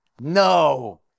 No